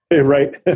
Right